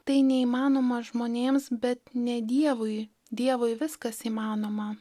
tai neįmanoma žmonėms bet ne dievui dievui viskas įmanoma